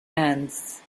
ends